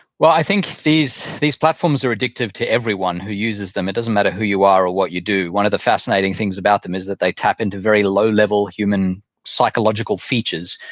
well, i think these these platforms are addictive to everyone who uses them. it doesn't matter who you are or what you do. one of the fascinating things about them is that they tap into very low-level human psychological features.